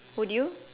would you